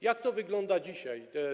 Jak to wygląda dzisiaj?